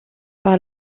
par